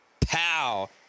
pow